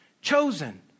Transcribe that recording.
chosen